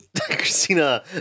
Christina